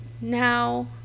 Now